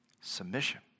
Submission